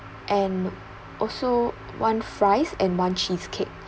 and also one fries and one cheesecake